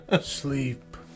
Sleep